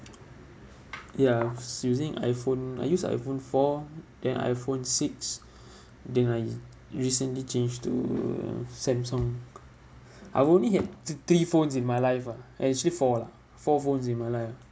ya was using I_phone I use I_phone four then I_phone six then I recently changed to uh Samsung I only had t~ three phones in my life ah eh actually four lah four phones in my life